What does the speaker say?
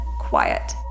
quiet